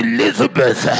Elizabeth